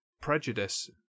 prejudice